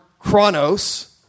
chronos